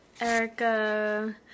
Erica